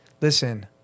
listen